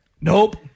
nope